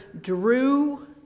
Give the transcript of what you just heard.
drew